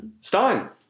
Stein